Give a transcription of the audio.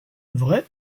vrai